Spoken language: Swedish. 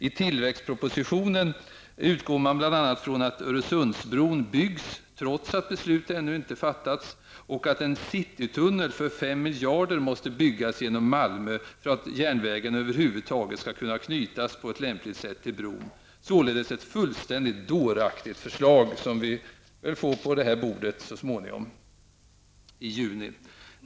I tillväxtpropositionen utgår man bl.a. från att Öresundsbron byggs, trots att beslut ännu inte har fattats och att en citytunnel för 5 miljarder måste byggas genom Malmö för att järnvägen över huvud taget skall kunna knytas på ett lämpligt sätt till bron, således ett fullständigt dåraktigt förslag som vi förmodligen får på riksdagens bord i juni.